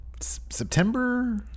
September